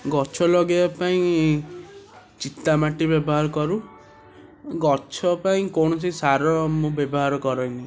ଗଛ ଲଗାଇବା ପାଇଁ ଚିତା ମାଟି ବ୍ୟବହାର କରୁ ଗଛ ପାଇଁ କୌଣସି ସାର ମୁଁ ବ୍ୟବହାର କରେନି